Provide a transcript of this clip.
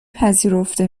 پذیرفته